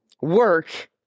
Work